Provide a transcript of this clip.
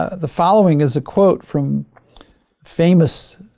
ah the following is a quote from famous